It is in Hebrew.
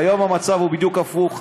והיום המצב הוא בדיוק הפוך.